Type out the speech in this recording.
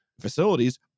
facilities